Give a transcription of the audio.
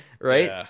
right